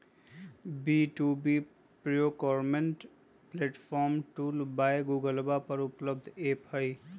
B two B procurement platform tool by गूगलवा पर उपलब्ध ऐप हई